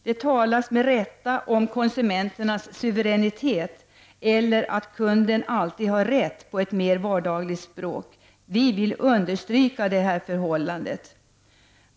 Det talas med rätta om ”konsumenternas suveränitet” eller — på ett mer vardagligt språk — om att kunden alltid har rätt. Vi vill understryka detta förhållande.